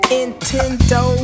Nintendo